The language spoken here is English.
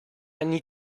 need